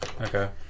Okay